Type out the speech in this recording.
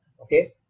okay